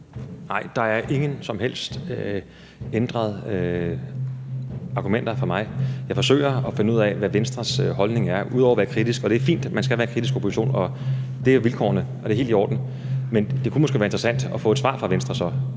Nej, der er ingen som helst ændrede argumenter fra mig. Jeg forsøger at finde ud af, hvad Venstres holdning er, ud over at være kritisk, og det er fint. Man skal være kritisk i opposition, og det er jo vilkårene, og det er helt i orden. Men det kunne måske så være interessant at få et svar fra Venstre: